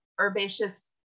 herbaceous